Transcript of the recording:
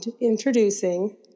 introducing